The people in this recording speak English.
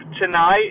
tonight